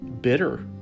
bitter